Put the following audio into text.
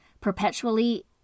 Perpetually